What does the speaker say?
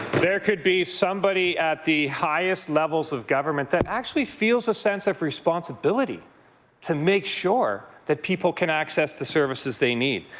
there could be somebody at the highest levels of government that actually feels a sense of responsibility to make sure that people can access the services they need.